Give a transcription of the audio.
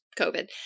COVID